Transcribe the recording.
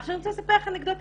אני רוצה לספר לכם אנקדוטה.